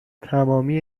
تمامی